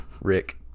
rick